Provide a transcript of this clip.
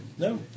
No